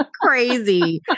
crazy